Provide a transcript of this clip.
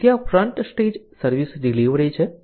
તેથી આ front stage service delivery છે